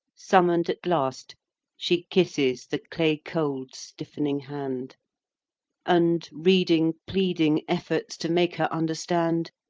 summon'd at last she kisses the clay-cold stiffening hand and, reading pleading efforts to make her understand,